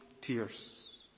tears